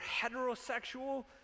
heterosexual